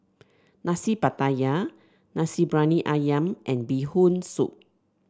Nasi Pattaya Nasi Briyani ayam and Bee Hoon Soup